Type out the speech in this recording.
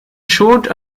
short